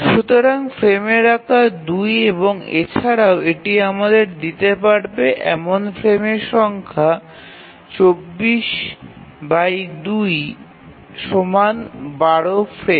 সুতরাং ফ্রেমের আকার ২ এবং এছাড়াও এটি আমাদের দিতে পারে এমন ফ্রেমের সংখ্যা ২৪২ ১২ ফ্রেম